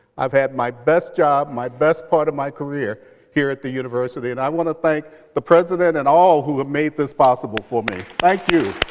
i've had my best job, my best part of my career here at the university. and i want to thank the president and all who have made this possible for me. thank you.